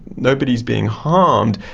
nobody is being harmed,